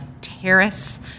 terrace